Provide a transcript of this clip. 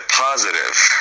positive